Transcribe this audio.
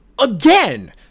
Again